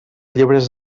llibres